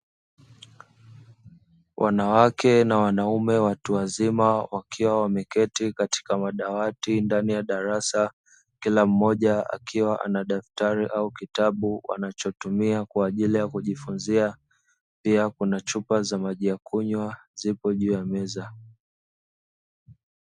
Wanawake na wanaume watu wazima wakiwa wameketi katika madawati ndani ya darasa kila mmoja akiwa ana daftari au kitabu wanachotumia kwa ajili ya kujifunzia pia kuna chupa za majekunywa zipo juu ya meza.